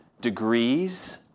degrees